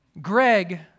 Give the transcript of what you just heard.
Greg